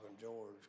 George